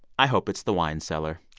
i hope it's the wine cellar.